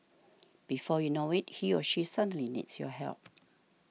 before you know it he or she suddenly needs your help